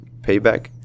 payback